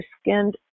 skinned